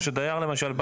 או שדייר למשל,